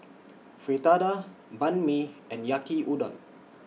Fritada Banh MI and Yaki Udon